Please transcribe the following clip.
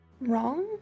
wrong